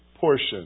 portion